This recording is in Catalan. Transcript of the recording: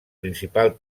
principal